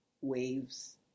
waves